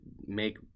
make